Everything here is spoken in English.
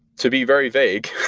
to be very vague,